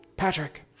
Patrick